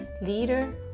leader